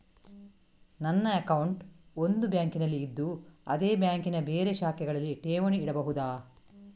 ನನ್ನ ಅಕೌಂಟ್ ಒಂದು ಬ್ಯಾಂಕಿನಲ್ಲಿ ಇದ್ದು ಅದೇ ಬ್ಯಾಂಕಿನ ಬೇರೆ ಶಾಖೆಗಳಲ್ಲಿ ಠೇವಣಿ ಇಡಬಹುದಾ?